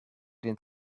den